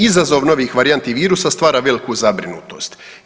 Izazov novih varijanti virusa stvara veliku zabrinutost.